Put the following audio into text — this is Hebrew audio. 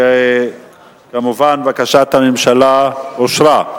אני קובע שכמובן, בקשת הממשלה אושרה.